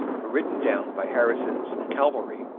were ridden down by harrison's cavalry,